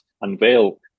unveil